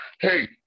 Hey